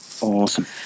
Awesome